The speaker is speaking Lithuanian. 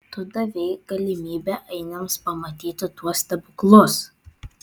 tu davei galimybę ainiams pamatyti tuos stebuklus